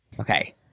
Okay